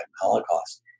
Holocaust